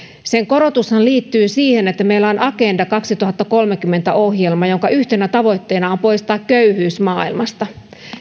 sen korotushan liittyy siihen että meillä on agenda kaksituhattakolmekymmentä ohjelma jonka yhtenä tavoitteena on poistaa köyhyys maailmasta